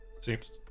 Seems